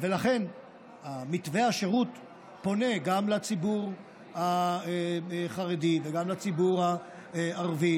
לכן מתווה השירות פונה גם לציבור החרדי וגם לציבור הערבי,